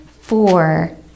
four